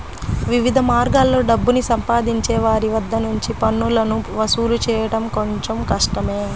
వివిధ మార్గాల్లో డబ్బుని సంపాదించే వారి వద్ద నుంచి పన్నులను వసూలు చేయడం కొంచెం కష్టమే